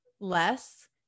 less